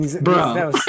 bro